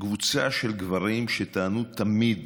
קבוצה של גברים שטענו תמיד